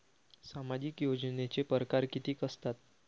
सामाजिक योजनेचे परकार कितीक असतात?